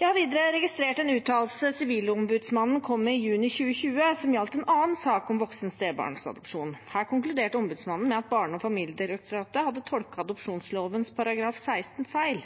Jeg har videre registrert en uttalelse Sivilombudsmannen kom med i juni 2020, som gjaldt en annen sak om voksen stebarnsadopsjon. Her konkluderte Ombudsmannen med at Barne-, ungdoms- og familiedirektoratet hadde tolket adopsjonsloven § 16 feil.